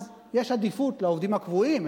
אז יש עדיפות לעובדים הקבועים,